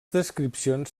descripcions